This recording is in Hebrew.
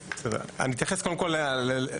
אני אתייחס קודם כל לוקח